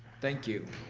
thank you.